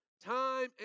time